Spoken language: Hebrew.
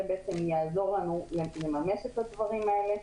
זה בעצם יעזור לנו לממש את הדברים האלה.